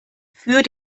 für